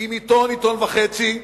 עם עיתון עיתון וחצי,